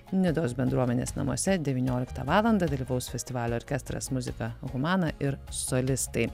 nidos bendruomenės namuose devynioliktą valandą dalyvaus festivalio orkestras muzika humana ir solistai